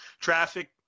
traffic